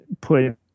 put